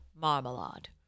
marmalade